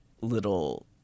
little